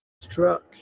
struck